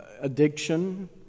addiction